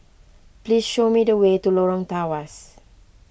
please show me the way to Lorong Tawas